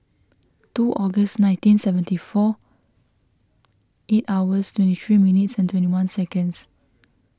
two Aug nineteen seventy four eight hours twenty three minutes and twenty one seconds